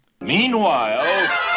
Meanwhile